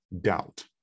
doubt